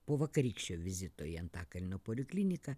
po vakarykščio vizito į antakalnio polikliniką